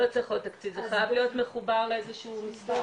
לא צריך עוד תקציב זה חייב להיות מחובר לאיזשהו מספר.